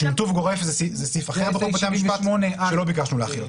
בשביל ניתוב גורף זה סעיף אחר בחוק בתי המשפט שלא ביקשנו להחיל אותו.